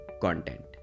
content